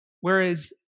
Whereas